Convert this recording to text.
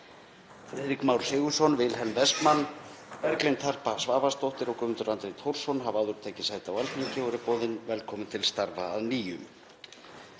Friðrik Már Sigurðsson, Wilhelm Wessmann, Berglind Harpa Svavarsdóttir og Guðmundur Andri Thorsson hafa áður tekið sæti á Alþingi og eru boðin velkomin til starfa að nýju.